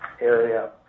area